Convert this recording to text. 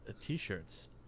t-shirts